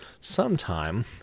sometime